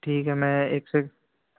ٹھیک ہے میں ایگزیٹ